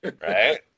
Right